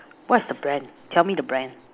what is the brand tell me the brand